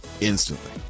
instantly